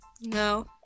No